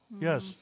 Yes